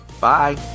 bye